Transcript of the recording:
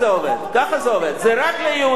אם זה בית